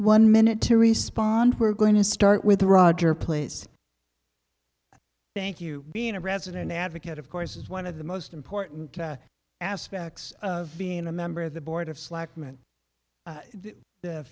one minute to respond we're going to start with roger please thank you being a resident advocate of course is one of the most important aspects of being a member of the board of selectmen